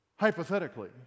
Hypothetically